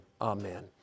amen